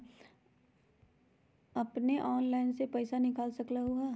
अपने ऑनलाइन से पईसा निकाल सकलहु ह?